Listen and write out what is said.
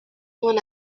one